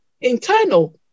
internal